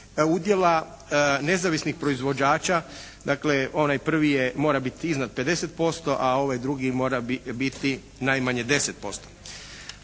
udjela nezavisnih proizvođača, dakle onaj prvi mora biti iznad 50% a ovaj drugi mora biti najmanje 10%.